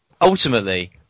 ultimately